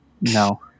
no